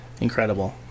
incredible